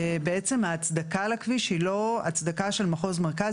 בעצם ההצדקה לכביש היא לא הצדקה של מחוז מרכז.